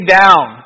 down